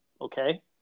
okay